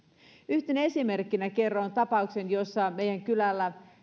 yhtenä esimerkkinä kerron tapauksen jossa meidän kylällä yksi